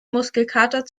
muskelkater